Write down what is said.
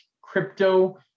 crypto